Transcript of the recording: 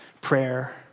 prayer